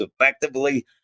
effectively